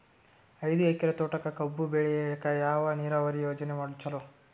ಐದು ಎಕರೆ ತೋಟಕ ಕಬ್ಬು ಬೆಳೆಯಲಿಕ ಯಾವ ನೀರಾವರಿ ಯೋಜನೆ ಚಲೋ?